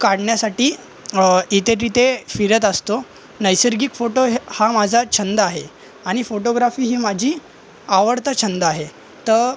काढण्यासाठी इथेतिथे फिरत असतो नैसर्गिक फोटो हे हा माझा छंद आहे आणि फोटोग्राफी ही माझी आवडता छंद आहे तर